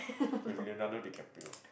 with Leonardo-DiCaprio